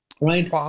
right